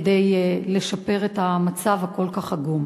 כדי לשפר את המצב הכל-כך עגום.